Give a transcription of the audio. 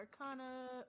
Arcana